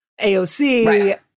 AOC